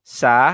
sa